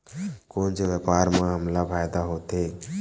कोन से व्यापार म हमला फ़ायदा होथे?